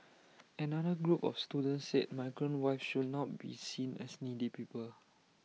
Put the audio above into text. another group of students said migrant wives should not be seen as needy people